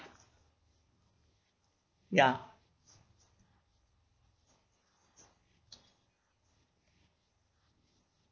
ya